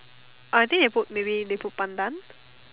I think they put maybe they put Pandan